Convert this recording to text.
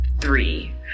three